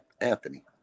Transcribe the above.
Anthony